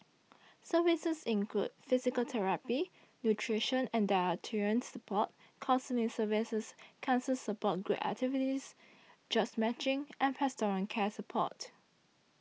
services include physical therapy nutrition and dietitian support counselling services cancer support group activities jobs matching and pastoral care support